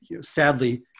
sadly